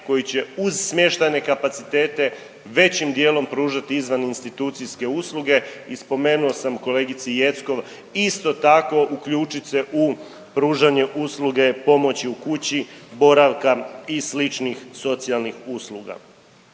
koji će uz smještajne kapacitete, većim dijelom pružati izvaninstitucijske usluge i spomenuo sam kolegici Jeckov, isto tako uključit se u pružanje usluge pomoći u kući, boravka i sličnih socijalnih usluga.